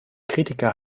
kritiker